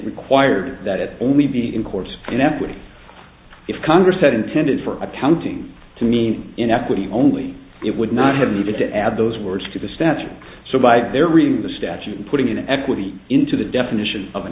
required that it only be in court in equity if congress had intended for accounting to mean in equity only it would not have needed to add those words to the statute so by their reading the statute putting in equity into the definition of an